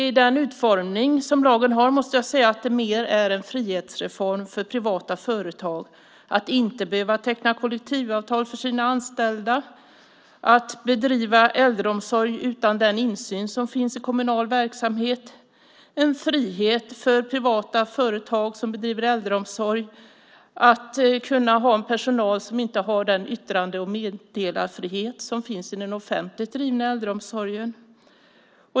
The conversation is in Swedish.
I den utformning som lagen har måste jag säga att det mer är en frihetsreform för privata företag att inte behöva teckna kollektivavtal för sina anställda och att bedriva äldreomsorg utan den insyn som finns i kommunal verksamhet. Det är en frihet för privata företag som bedriver äldreomsorg att kunna ha en personal som inte har den yttrande och meddelarfrihet som finns i den offentligt drivna äldreomsorgen.